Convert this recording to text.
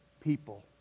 people